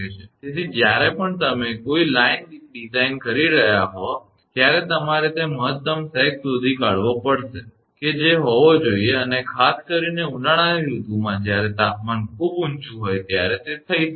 તેથી જ્યારે પણ તમે કોઈ લાઇન ડિઝાઇન કરી રહ્યા હો ત્યારે તમારે તે મહત્તમ સેગ શોધી કાઢવો પડશે કે જે હોવો જોઈએ અને ખાસ કરીને ઉનાળાની ઋતુમાં જ્યારે તાપમાન ખૂબ ઊંચું હોય ત્યારે તે થઈ શકે છે